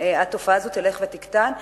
התופעה הזאת תלך ותקטן.